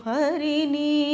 Harini